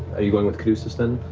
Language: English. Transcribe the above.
are you going with caduceus, then?